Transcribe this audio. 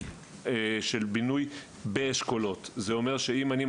ביוזמת חבר הכנסת הרב ישראל אייכלר,